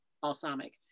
balsamic